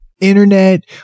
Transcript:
internet